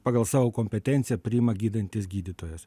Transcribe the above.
pagal savo kompetenciją priima gydantis gydytojas